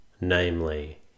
namely